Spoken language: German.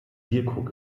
bierkrug